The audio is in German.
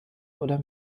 oder